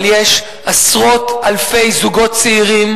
אבל יש עשרות אלפי זוגות צעירים